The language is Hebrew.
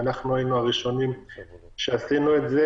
והיינו הראשונים שעשינו זאת,